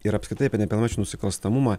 ir apskritai apie nepilnamečių nusikalstamumą